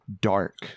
dark